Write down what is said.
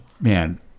Man